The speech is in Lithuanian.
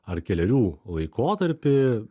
ar kelerių laikotarpį